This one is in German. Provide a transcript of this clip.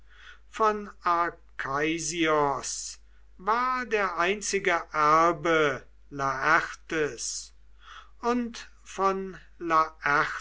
von arkeisios war der einzige erbe laertes und von